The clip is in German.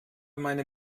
meine